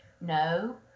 No